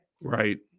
Right